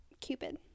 Cupid